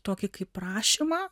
tokį kaip prašymą